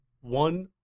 one